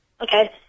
Okay